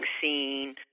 scene